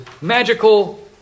magical